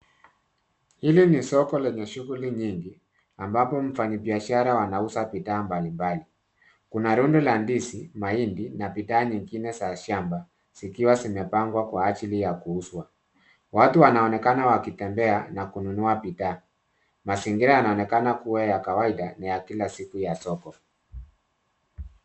Hili ni soko lenye shughuli nyingi ambapo mfanyibiashara wanauza bidhaa mbalimbali. Kuna rundo la ndizi, mahindi na bidhaa nyingine za shamba zikiwa zimepangwa kwa ajili ya kuuzwa. Watu wanaonekana wakitembea na kununua bidhaa. Mazingira yanaonekana kuwa ya kawaida na ya kila siku ya soko.